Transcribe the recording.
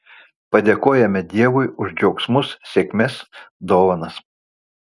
padėkojame dievui už džiaugsmus sėkmes dovanas